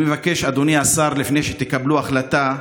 אני מבקש, אדוני השר, לפני שתקבלו החלטה,